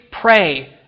Pray